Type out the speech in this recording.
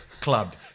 clubbed